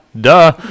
duh